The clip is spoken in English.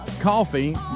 coffee